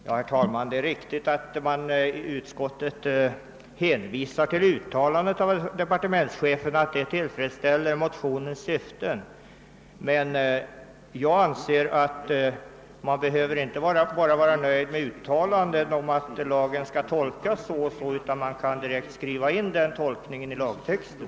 Herr talman! Det är riktigt att utskottet hänvisar till departementschefens uttalande och menar att det tillfredsställer motionens syfte. Jag anser emellertid att man inte behöver nöja sig med ett uttalande om att lagen kan tolkas på ett visst sätt, när man direkt kan skriva in denna uppfattning i lagtexten.